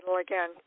again